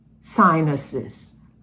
sinuses